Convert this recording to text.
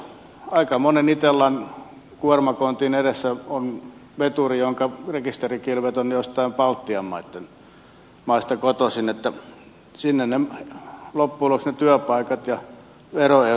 aika monen itellan kuormakontin edessä on veturi jonka rekisterikilvet ovat joistain baltian maista kotoisin että sinne loppujen lopuksi ne työpaikat ja veroeurot sitten suuntautuvat